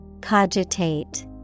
Cogitate